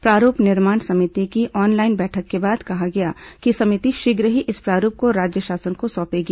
प्रारूप निर्माण समिति की ऑनलाइन बैठक के बाद कहा गया कि समिति शीघ्र ही इस प्रारूप को राज्य शासन को सौंपेगी